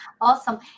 awesome